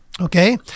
Okay